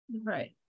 right